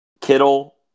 Kittle